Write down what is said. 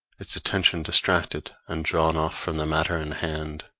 its attention distracted and drawn off from the matter in hand